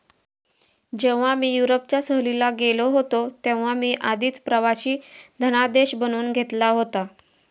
जेव्हा मी युरोपच्या सहलीला गेलो होतो तेव्हा मी आधीच प्रवासी धनादेश बनवून घेतला होता